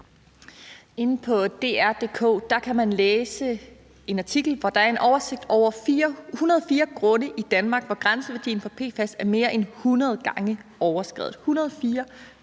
Inde på www.dr.dk kan man læse en artikel, hvor der er en oversigt over 104 grunde i Danmark, hvor grænseværdien for PFAS er mere end 100 gange overskredet – 104 grunde.